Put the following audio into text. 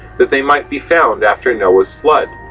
that they might be found after noye's flood.